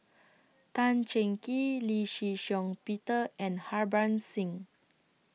Tan Cheng Kee Lee Shih Shiong Peter and Harbans Singh